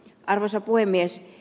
arvoisa puhemies